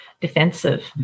defensive